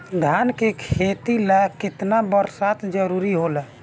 धान के खेती ला केतना बरसात जरूरी होला?